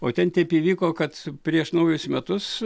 o ten taip įvyko kad prieš naujus metus